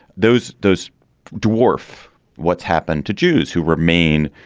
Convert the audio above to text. those those dwarf what's happened to jews who remain,